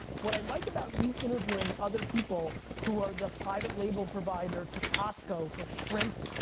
what i like about you interviewing other people who are the private label provider to costco for shrimp,